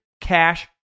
Cash